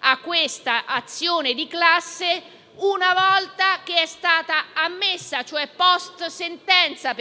a questa azione di classe una volta che è stata ammessa, cioè *post* sentenza.